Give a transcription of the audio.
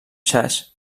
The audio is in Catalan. saix